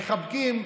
מחבקים.